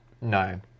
No